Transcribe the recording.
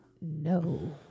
no